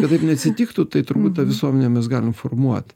kad taip neatsitiktų tai turbūt tą visuomenę mes galim formuot